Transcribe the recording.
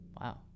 wow